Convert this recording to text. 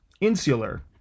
insular